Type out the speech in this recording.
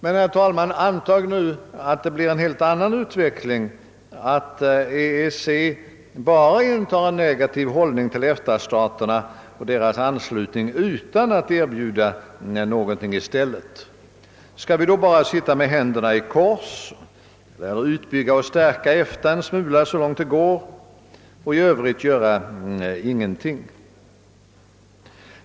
Men antag nu att det blir en helt annan utveckling: att EEC bara intar en negativ hållning mot EFTA-staterna och till frågan om deras anslutning utan att erbjuda någonting i stället! Skall vi då bara sitta med armarna i kors — visserligen utbygga och stärka EFTA en smula, så långt det nu går — men i övrigt göra ingenting?